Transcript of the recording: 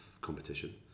competition